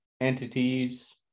entities